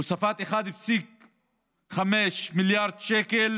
הוספת 1.5 מיליארד שקל